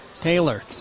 Taylor